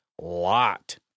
lot